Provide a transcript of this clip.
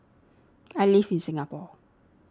I live in Singapore